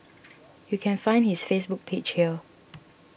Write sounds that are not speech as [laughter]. [noise] you can find his Facebook page here